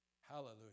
hallelujah